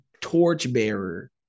torchbearer